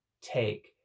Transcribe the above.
take